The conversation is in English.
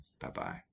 Bye-bye